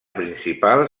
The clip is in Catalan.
principal